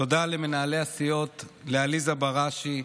תודה למנהלי הסיעות, לעליזה בראשי,